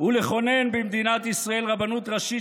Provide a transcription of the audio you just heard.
ולכונן במדינת ישראל רבנות ראשית,